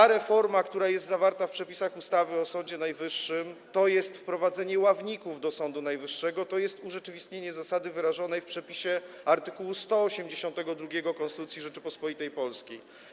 Ta reforma, która jest zawarta w przepisach ustawy o Sądzie Najwyższym, to jest wprowadzenie ławników do Sądu Najwyższego, to jest urzeczywistnienie zasady wyrażonej w przepisie art. 182 Konstytucji Rzeczypospolitej Polskiej.